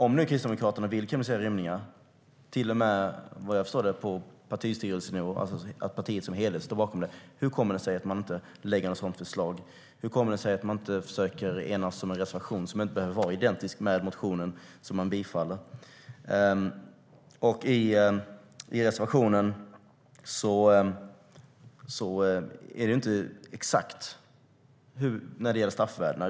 Om nu Kristdemokraterna vill kriminalisera rymningar och det till och med är er åsikt på partistyrelsenivå, alltså så att partiet som helhet står bakom det, hur kommer det sig då att ni inte lägger fram något sådant förslag? Hur kommer det sig att man inte försöker enas om en reservation - som inte behöver vara identisk med motionen - som man bifaller? I reservationen skriver vi inte exakta straffvärden.